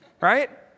right